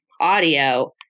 audio